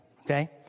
Okay